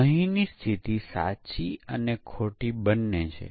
તે અહીંનો મુખ્ય વિચાર છે